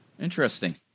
Interesting